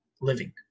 living